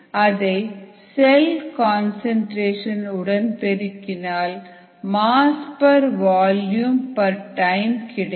அதை cell concentration உடன் பெருக்கினால் mass per volume per time கிடைக்கும்